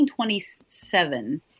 1927